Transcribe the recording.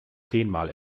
zehnmal